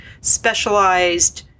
specialized